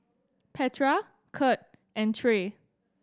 Petra Kurt and Trae